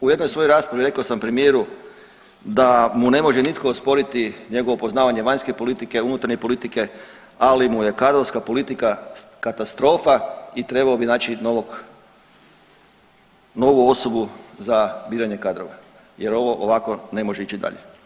U jednoj svojoj raspravi rekao sam premijeru da mu ne može nitko osporiti njegovo poznavanje vanjske politike, unutarnje politike, ali mu je kadrovska politika katastrofa i trebao bi naći novog, novu osobu za biranje kadrova jer ovo ovako ne može ići dalje.